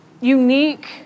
unique